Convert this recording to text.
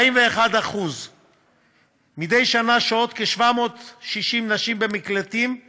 41%. מדי שנה שוהות כ-760 נשים במקלטים עם